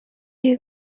you